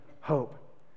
hope